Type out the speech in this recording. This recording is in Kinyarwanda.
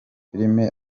filimi